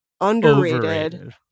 underrated